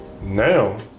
Now